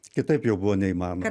kitaip jau buvo neįmanoma